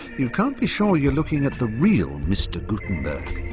you can't be sure you're looking at the real mr gutenberg.